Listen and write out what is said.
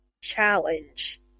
challenge